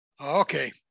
okay